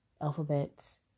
alphabets